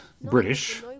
British